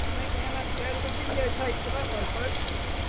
um think we're going to have to go to the video tape for that one folks.